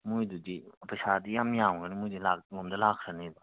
ꯃꯣꯏꯗꯨꯗꯤ ꯄꯩꯁꯥꯗꯤ ꯌꯥꯝ ꯌꯥꯝꯒꯅꯤ ꯃꯣꯏꯗꯤ ꯂꯥꯛꯔꯣꯝꯗ ꯂꯥꯛꯈꯔꯅꯤꯕ